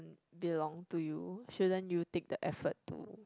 belong to you shouldn't you take the effort to